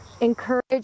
encourage